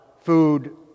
food